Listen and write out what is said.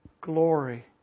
glory